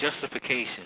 justification